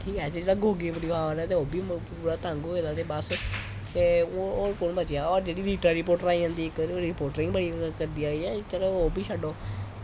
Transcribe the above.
जेह्ड़ी गोगी ऐ ते ओह्बी पूरा तंग होये दा ठीक ऐ होर होर कुन्न बचेआ ओह् रीटा रीटा आंदी जेह्ड़ी स्पोर्टिंग रोल करदी आई ऐ चलो ओह्बी छड्डो